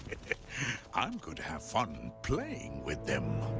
i'm going to have fun playing with them. ah,